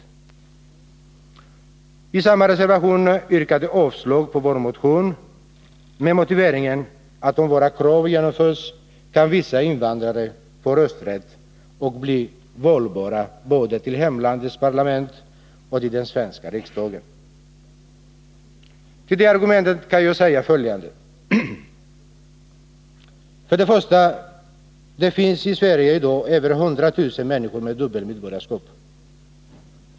I samma reservation yrkar socialdemokraterna avslag på vår motion med motiveringen att om våra krav genomförs kan vissa invandrare få rösträtt och bli valbara både till hemlandets parlament och till den svenska riksdagen. Till det argumentet kan jag säga följande: För det första: Det finns i Sverige i dag över 100 000 människor med dubbelt medborgarskap.